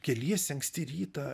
keliesi anksti rytą